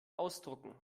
ausdrucken